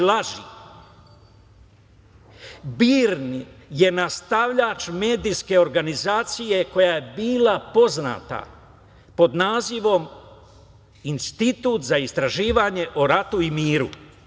Balkanska istraživačka mreža Srbije je nastavljač medijske organizacije koja je bila poznata pod nazivom Institut za istraživanje o ratu i miru.